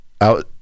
out